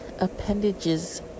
appendages